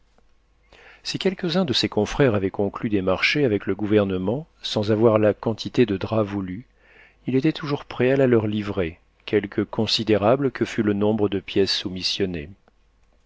si quelques-uns de ses confrères avaient conclu des marchés avec le gouvernement sans avoir la quantité de drap voulue il était toujours prêt à la leur livrer quelque considérable que fût le nombre de pièces soumissionnées